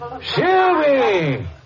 Shelby